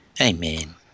Amen